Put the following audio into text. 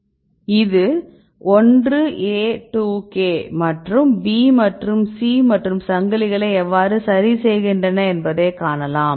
இது 1A2K மற்றும் B மற்றும் C மற்றும் சங்கிலிகளை எவ்வாறு சரிசெய்கின்றன என்பதை காணலாம்